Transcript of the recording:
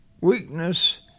weakness